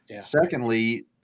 Secondly